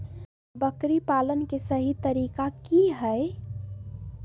बकरी पालन के सही तरीका की हय?